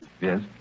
Yes